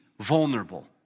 vulnerable